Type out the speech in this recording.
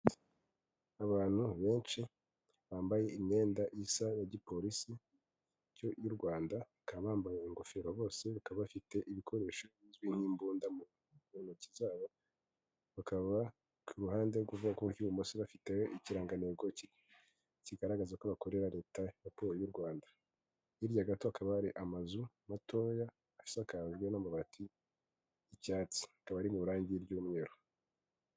Abantu benshi bambaye imyenda isa ya gipolisi y'u Rwanda, bakaba bambaye ingofero bose, bakaba bafite ibikoresho bizwi nk'imbunda mu mu ntoki zabo, bakaba ku ruhande rw'ukuboko kw'ibumoso bafite ikirangantego kigaragaza ko bakorera leta y'u Rwanda. Hirya gato akaba ari amazu matoya, asakajwe n'amabati y'icyatsi, ari mu irangi ry'umweru.